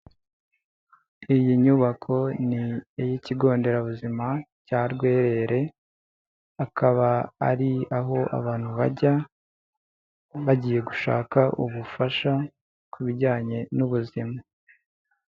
Iyi nyubako ni iy'ikigo nderabuzima cya Rwerere, akaba ari aho abantu bajya bagiye gushaka ubufasha, ku bijyanye n'ubuzima.